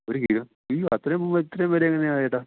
ഒരു ഇരുപത് അയ്യോ അത്രയും പോകുമ്പോൾ ഇത്രയും വില എങ്ങനെയാണ് ഏട്ടാ